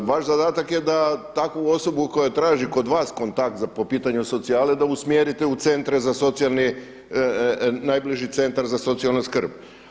Vaš zadatak je da takvu osobu koja traži kod vas kontakt po pitanju socijale da usmjerite u centre za socijalni, najbliži Centar za socijalnu skrb.